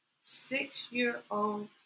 six-year-old